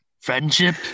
Friendship